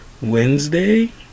Wednesday